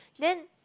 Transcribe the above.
then